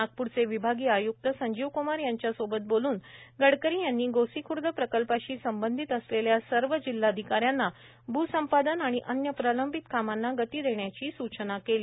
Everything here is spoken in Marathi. नागपूरचे विभागीय आयुक्त संजीवक्मार यांच्या सोबत बोलून गडकरी यांनी गोसीखुर्द प्रकल्पाशी संबंधित असलेल्या सर्व जिल्हाधिकाऱ्यांना भूसंपादन आणि अन्य प्रलंबित कामांना गती देण्याची सूचना केली